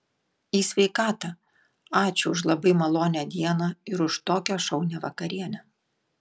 į sveikatą ačiū už labai malonią dieną ir už tokią šaunią vakarienę